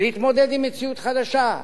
להתמודד עם מציאות חדשה.